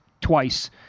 twice